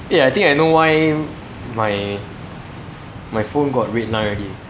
eh I think I know why my my phone got red line already